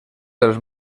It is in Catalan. dels